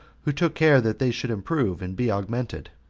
who took care that they should improve and be augmented.